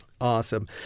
Awesome